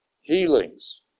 healings